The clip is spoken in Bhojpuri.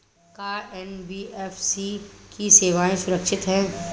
का एन.बी.एफ.सी की सेवायें सुरक्षित है?